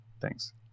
Thanks